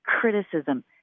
criticism